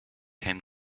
came